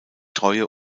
treue